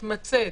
מצוין.